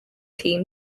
team